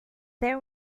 there